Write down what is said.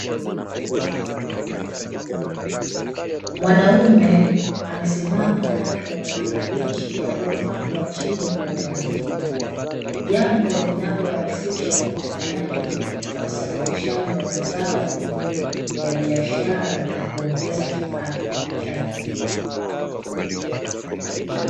Mwanamume amesimama kando ya makabichi yaliyopangwa chini kwa utaratibu. Jambo linalorahisisha ukusanyaji na usafirishaji wa mazao ya biashara na kuongeza kipato chake.